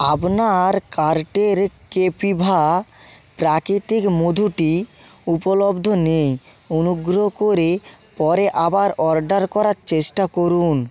আপনার কার্টের কেপিভা প্রাকৃতিক মধুটি উপলব্ধ নেই অনুগ্রহ করে পরে আবার অর্ডার করার চেষ্টা করুন